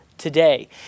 today